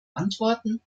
antworten